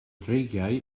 dreigiau